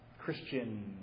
Christian